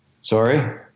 Sorry